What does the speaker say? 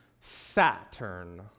Saturn